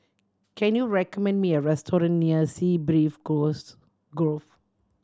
can you recommend me a restaurant near Sea Breeze Groves Gove